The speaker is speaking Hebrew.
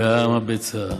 גם הביצה.